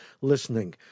listening